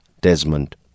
Desmond